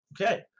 okay